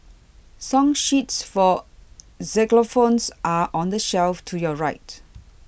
song sheets for xylophones are on the shelf to your right